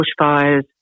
bushfires